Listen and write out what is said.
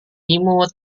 imut